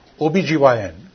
OBGYN